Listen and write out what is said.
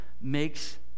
makes